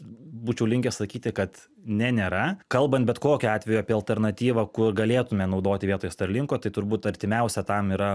būčiau linkęs sakyti kad ne nėra kalbant bet kokiu atveju apie alternatyvą kur galėtume naudoti vietoj starlinko tai turbūt artimiausia tam yra